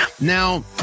Now